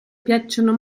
piacciono